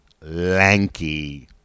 lanky